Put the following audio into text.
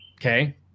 Okay